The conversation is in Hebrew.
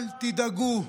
אל תדאגו.